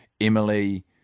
Emily